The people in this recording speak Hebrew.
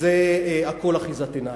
זה הכול אחיזת עיניים.